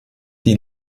die